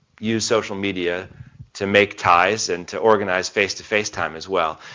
use social media to make ties and to organize face-to-face time as well.